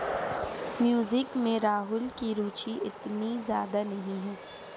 music में राहुल की रुचि इतनी ज्यादा नहीं है